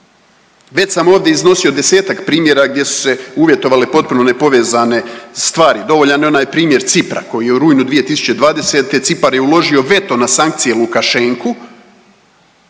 Već sam ovdje iznosio 10-ak primjera gdje su se uvjetovale potpuno nepovezane stvari. Dovoljan je onaj primjer Cipra koji je u rujnu 2020. Cipar je uložio veto na sankcije Lukašenku